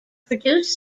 produced